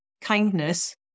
kindness